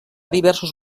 diversos